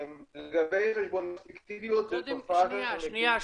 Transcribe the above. לגבי חשבונות פיקטיביים זו תופעה שאנחנו --- שנייה,